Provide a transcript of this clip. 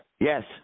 Yes